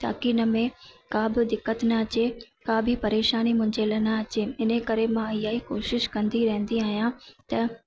ताकी हिन में का बि दिक़त न अचे का बि परेशानी मुहिंजे लाइ न अचे हिन ई करे मां इअं ई कोशिश कंदी रहंदी आहियां त